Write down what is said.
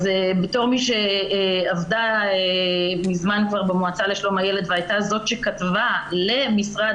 בתור מי שעבדה מזמן כבר במועצה לשלום הילד והייתה זאת שכתבה למשרד